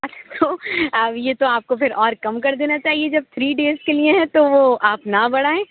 اچھا تو آپ یہ تو آپ کو پھر اور کم کر دینا چاہیے جب تھری ڈیز کے لیے ہیں تو وہ آپ نہ بڑھائیں